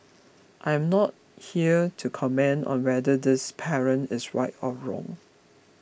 I am not here to comment on whether this parent is right or wrong